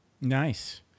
Nice